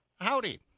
Howdy